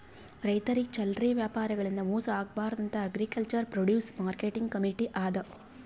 ರೈತರಿಗ್ ಚಲ್ಲರೆ ವ್ಯಾಪಾರಿಗಳಿಂದ್ ಮೋಸ ಆಗ್ಬಾರ್ದ್ ಅಂತಾ ಅಗ್ರಿಕಲ್ಚರ್ ಪ್ರೊಡ್ಯೂಸ್ ಮಾರ್ಕೆಟಿಂಗ್ ಕಮೀಟಿ ಅದಾ